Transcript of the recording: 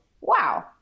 wow